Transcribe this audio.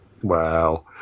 wow